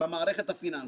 במערכת הפיננסית.